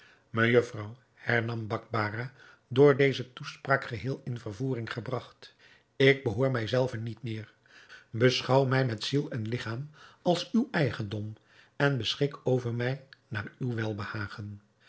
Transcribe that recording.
mejufvrouw hernam bakbarah door deze toespraak geheel in vervoering gebragt ik behoor mij zelven niet meer beschouw mij met ziel en ligchaam als uw eigendom en beschik over mij naar uw welbehagen